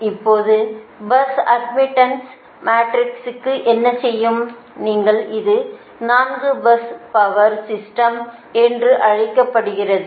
இப்போது bus admittance மேட்ரிக்ஸுக்கு என்ன செய்யும் நீங்கள் இதை 4 பஸ் பவா் சிஸ்டம் என்று அழைக்கிறீர்கள்